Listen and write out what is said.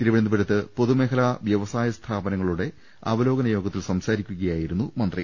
തിരുവനന്തപുരത്ത് പൊതുമേഖലാ വൃവസായ സ്ഥാപനങ്ങ ളുടെ അവലോകന യോഗത്തിൽ സംസാരിക്കുകയായിരുന്നു മന്ത്രി